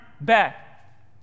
back